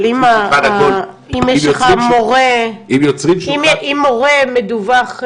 אבל אם יש לך מורה מחויב לדווח,